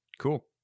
Cool